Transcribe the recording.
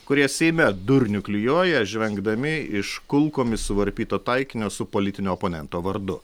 kurie seime durnių klijuoja žvengdami iš kulkomis suvarpyto taikinio su politinio oponento vardu